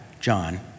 John